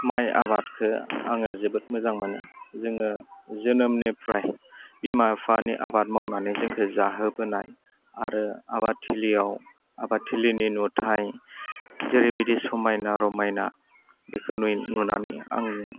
माय आबादखौ आङो जोबोद मोजां मोनो जोङो जोनोमनिफ्राय बिमा बिफानि आबाद मावनानै जोंखौ जाहोबोनाय आरो आबाद थिलियाव आबाद थिलिनि नुथाय जेरैबायदि समायना रमायना बेखौ नुनानै आं